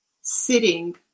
sitting